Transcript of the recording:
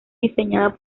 diseñada